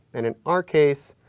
and in our case,